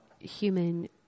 human